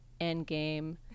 Endgame